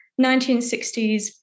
1960s